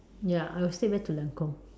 ya I will stick back to Lancome